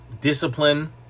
discipline